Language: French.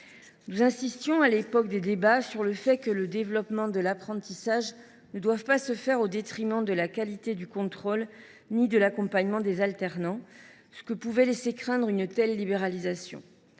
Nous insistions à l’époque des débats sur le fait que le développement de l’apprentissage ne devait pas se faire au détriment de la qualité du contrôle ou de l’accompagnement des alternants, ce que laissait craindre une telle libéralisation.